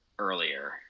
earlier